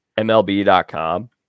MLB.com